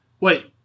Wait